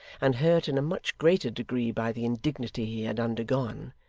and hurt in a much greater degree by the indignity he had undergone,